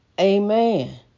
Amen